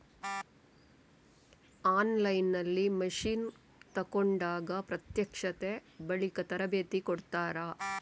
On line ನಲ್ಲಿ machine ತೆಕೋಂಡಾಗ ಪ್ರತ್ಯಕ್ಷತೆ, ಬಳಿಕೆ, ತರಬೇತಿ ಕೊಡ್ತಾರ?